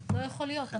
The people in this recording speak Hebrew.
לא יכול להיות.